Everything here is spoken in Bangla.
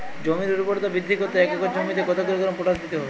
জমির ঊর্বরতা বৃদ্ধি করতে এক একর জমিতে কত কিলোগ্রাম পটাশ দিতে হবে?